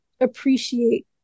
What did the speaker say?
appreciate